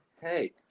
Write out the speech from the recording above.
hey